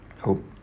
hope